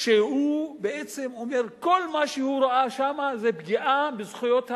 והוא בעצם אומר: כל מה שהוא ראה שם זה פגיעה בזכויות האדם,